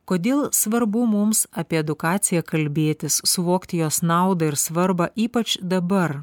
kodėl svarbu mums apie edukaciją kalbėtis suvokti jos naudą ir svarbą ypač dabar